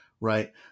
Right